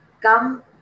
come